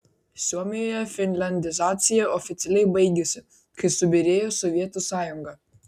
suomijoje finliandizacija oficialiai baigėsi kai subyrėjo sovietų sąjunga